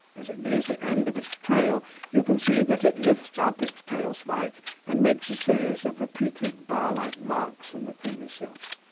as it nears the end of its trail you can see that it lifts up its tail spike and makes a series of repeated bar-like marks in the creamy silt.